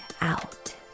out